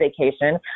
vacation